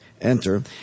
Enter